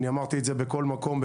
אני אמרתי את זה בכל מקום,